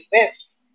west